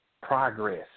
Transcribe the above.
progress